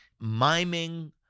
miming